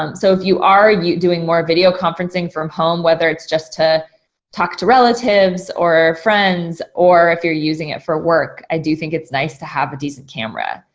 um so if you are doing more video conferencing from home, whether it's just to talk to relatives or friends, or if you're using it for work, i do think it's nice to have a decent camera.